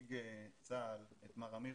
נציג צה"ל, אמיר,